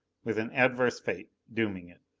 with an adverse fate dooming it.